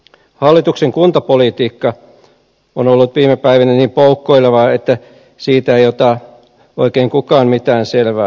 hallituksen kuntapolitiikka on ollut viime päivinä niin poukkoilevaa että siitä ei ota oikein kukaan mitään selvää